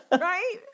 Right